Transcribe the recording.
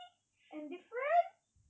and different